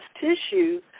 tissue